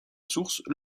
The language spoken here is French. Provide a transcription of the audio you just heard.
source